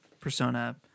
Persona